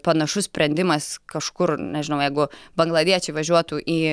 panašus sprendimas kažkur nežinau jeigu bangladiečiai važiuotų į